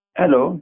hello